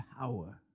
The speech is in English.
power